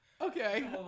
Okay